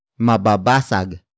Mababasag